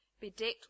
bedecked